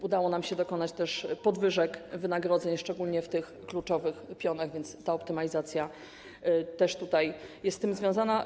Udało nam się dokonać też podwyżek wynagrodzeń, szczególnie w tych kluczowych pionach, a więc ta optymalizacja też tutaj jest z tym związana.